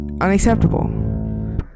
unacceptable